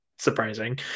surprising